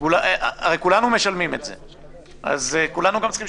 בבריטים --- צביקה, זה לא מתאים.